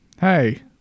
Hey